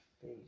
Face